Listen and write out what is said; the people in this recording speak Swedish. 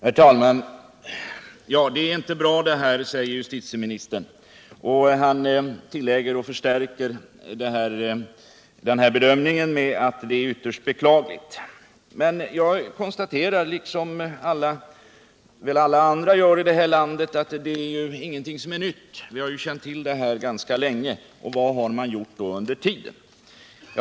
Herr talman! Det här är inte bra, säger justitieministern, och förstärker sin bedömning med tillägget att det är ytterst beklagligt. Men jag konstaterar liksom alla andra att ingenting av detta är nytt. Vi har känt till dessa företeelser ganska länge. Frågan är vad man har gjort under tiden.